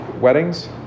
weddings